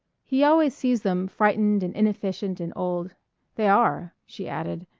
he always sees them frightened and inefficient and old they are, she added.